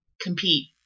compete